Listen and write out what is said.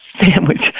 sandwich